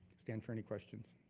stand for any questions,